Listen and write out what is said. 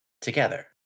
together